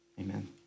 amen